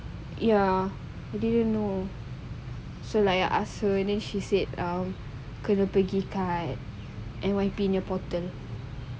ya I didn't know so like I ask her then she said um kena pergi kat N_Y_P new portal